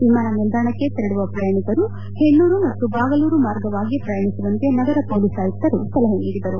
ವಿಮಾನ ನಿಲ್ದಾಣಕ್ಕೆ ತೆರಳುವ ಪ್ರಯಾಣಿಕರು ಹೆಣ್ಣೂರು ಮತ್ತು ಬಾಗಲೂರು ಮಾರ್ಗವಾಗಿ ಪ್ರಯಾಣಿಸುವಂತೆ ನಗರ ಪೊಲೀಸ್ ಆಯುಕ್ತರು ಸಲಹೆ ನೀಡಿದರು